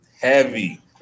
Heavy